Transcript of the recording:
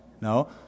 No